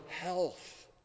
health